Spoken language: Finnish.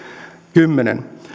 kymmenen